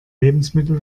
lebensmittel